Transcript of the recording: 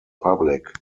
public